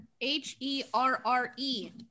H-E-R-R-E